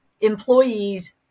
employees